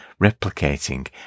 replicating